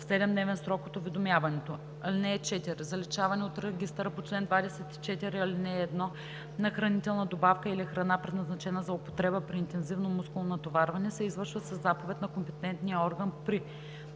в 7-дневен срок от уведомяването. (4) Заличаване от регистъра по чл. 24, ал. 1 на хранителна добавка или храна, предназначена за употреба при интензивно мускулно натоварване се извършва със заповед на компетентния орган при: